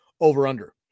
over/under